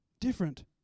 Different